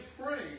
pray